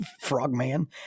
Frogman